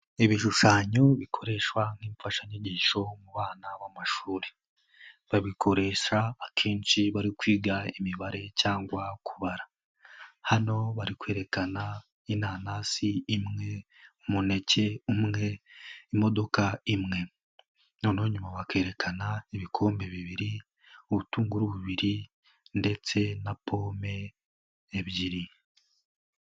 Ibishushanyo bikoreshwa nk'imfashanyigisho mu bana b'amashuri babikoresha akenshi bari kwiga imibare cyangwa kubara, hano bari kwerekana inanasi imwe, umuneke umwe, imodoka imwe, noneho nyuma bakerekana ibikombe bibiri, ubutunguru bubiri ndetse na pome ebyiri.